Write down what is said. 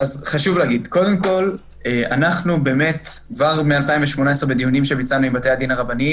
חשוב להגיד שקודם כול כבר מ-2018 בדיונים שביצענו עם בתי הדין הרבניים